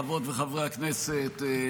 חברות וחברי הכנסת,